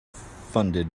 funded